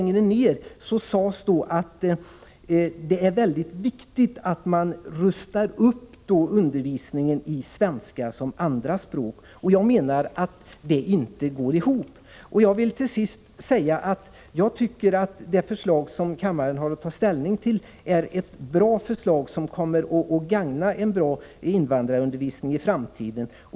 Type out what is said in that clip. Litet senare sade han att det är mycket viktigt att man då rustar upp undervisningen i svenska som andra språk. Jag menar att det inte går ihop. Jag vill till sist säga att jag tycker att det förslag som kammaren har att ta ställning till är ett bra förslag som kommer att gagna en bra invandrarundervisning i framtiden.